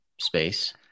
space